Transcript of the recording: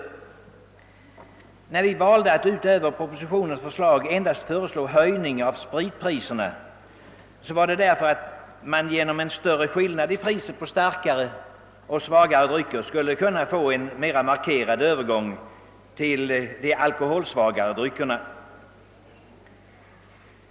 Anledningen till att vi valde att utöver propositionens förslag endast föreslå höjning av spritpriserna var att man genom en större skillnad i priset på starkare och svagare drycker skulle kunna åstadkomma en mera markerad övergång till de alkoholsvaga dryckerna.